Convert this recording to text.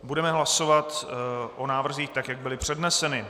Budeme hlasovat o návrzích, tak jak byly předneseny.